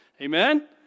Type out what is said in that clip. Amen